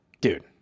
dude